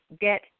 get